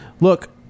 look